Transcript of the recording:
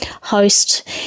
host